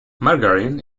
margarine